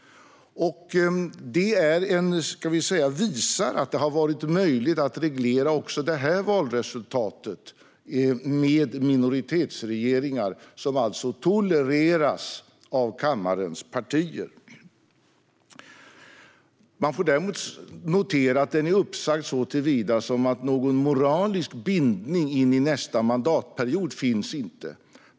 Det är en visa att det har varit möjligt att reglera också detta valresultat med minoritetsregeringar som tolereras av kammarens partier. Man får notera att decemberöverenskommelsen är uppsagd såtillvida att det inte finns någon moralisk bindning in i nästa mandatperiod.